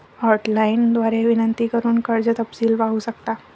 hotline द्वारे विनंती करून कर्ज तपशील पाहू शकता